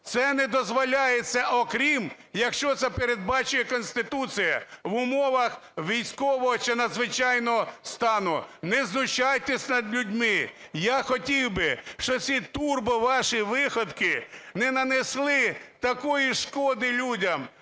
Це не дозволяється, окрім, якщо це передбачає Конституція, в умовах військового чи надзвичайного стану. Не знущайтесь над людьми. Я хотів би, щоб ці турбо ваші виходки не нанесли такої шкоди людям.